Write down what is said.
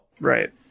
right